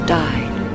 died